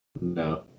No